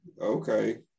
okay